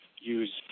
use